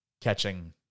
catching